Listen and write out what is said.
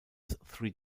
three